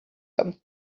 them